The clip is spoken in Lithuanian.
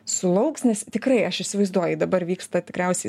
sulauks nes tikrai aš įsivaizduoju dabar vyksta tikriausiai